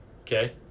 Okay